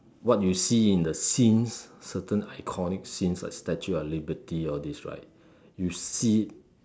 what you see in the scenes certain iconic scenes like statue of liberty all these right you see it